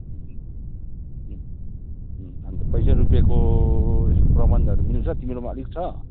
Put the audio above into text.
अन्त पैसा रुप्पेको यसो प्रबन्धहरू मिल्छ तिम्रोमा अलिक छ